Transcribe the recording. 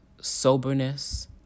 soberness